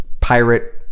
pirate